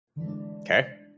Okay